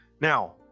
Now